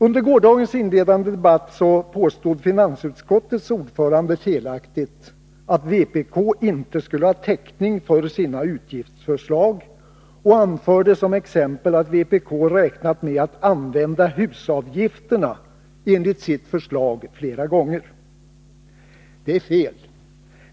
Under gårdagens inledande debatt påstod finansutskottets ordförande felaktigt att vpk inte skulle ha täckning för sina utgiftsförslag och anförde som exempel att vpk enligt sitt förslag räknat med att använda husavgifterna flera gånger. Det är fel.